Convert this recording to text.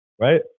Right